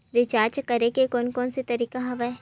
Recharge करे के कोन कोन से तरीका हवय?